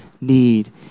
need